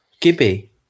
Gibby